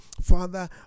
father